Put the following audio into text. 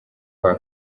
kwa